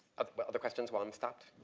other questions well i'm stopped?